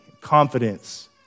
confidence